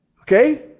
Okay